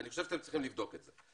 אני חושב שאתם צריכים לבדוק את זה.